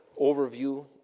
overview